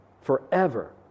forever